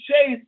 chase